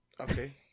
Okay